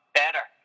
better